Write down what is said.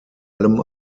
allem